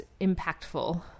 impactful